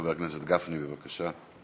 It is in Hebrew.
חבר הכנסת גפני, בבקשה.